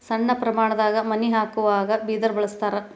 ಸಣ್ಣ ಪ್ರಮಾಣದಾಗ ಮನಿ ಹಾಕುವಾಗ ಬಿದರ ಬಳಸ್ತಾರ